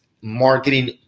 marketing